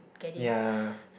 ya